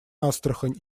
астрахань